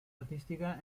artística